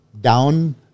down